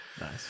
nice